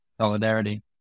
solidarity